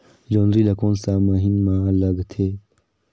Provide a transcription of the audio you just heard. जोंदरी ला कोन सा महीन मां लगथे?